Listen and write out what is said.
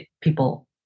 people